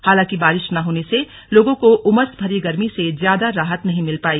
हालांकि बारिश न होने से लोगों को उमसभरी गर्मी से ज्यादा राहत नहीं मिल पाई